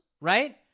right